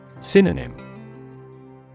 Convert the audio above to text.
Synonym